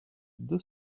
deux